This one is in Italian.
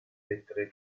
lettere